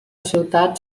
ciutat